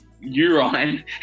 urine